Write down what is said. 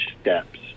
steps